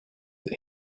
that